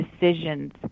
decisions